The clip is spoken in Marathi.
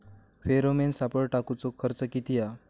फेरोमेन सापळे टाकूचो खर्च किती हा?